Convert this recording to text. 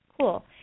Cool